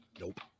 Nope